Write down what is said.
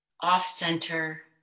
off-center